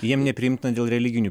jiem nepriimtina dėl religinių